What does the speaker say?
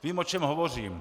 Vím, o čem hovořím.